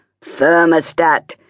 thermostat